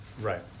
Right